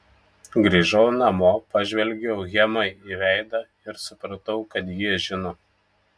grįžau namo pažvelgiau hemai į veidą ir supratau kad ji žino